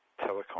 telecom